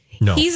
No